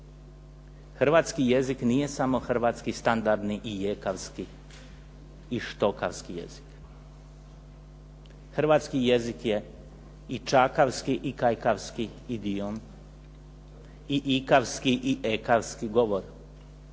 hrvatski jezik nije samo hrvatski standardni ijekavski i štokavski jezik. Hrvatski jezik je i čakavski i kajkavski idiom i ikavski i ekavski govor